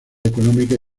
económicas